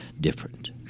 different